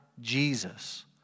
Jesus